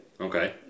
Okay